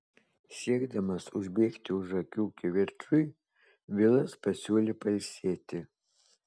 siekdamas užbėgti už akių kivirčui vilas pasiūlė pailsėti